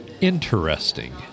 Interesting